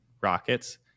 rockets